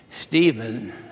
Stephen